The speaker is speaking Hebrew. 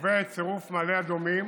שקובע את צירוף מעלה אדומים,